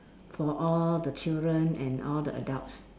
for all the children and all the adults